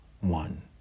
one